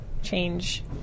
change